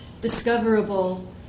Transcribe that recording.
discoverable